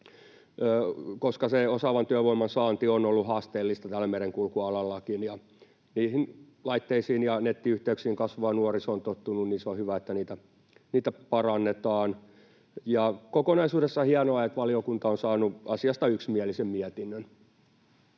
Koska osaavan työvoiman saanti on ollut haasteellista tällä merenkulkualallakin ja kun kasvava nuoriso on tottunut niihin laitteisiin ja nettiyhteyksiin, on hyvä, että niitä parannetaan. Kokonaisuudessaan on hienoa, että valiokunta on saanut asiasta yksimielisen mietinnön.